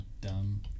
dumb